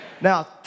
Now